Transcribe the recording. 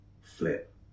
flip